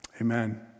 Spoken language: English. Amen